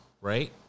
right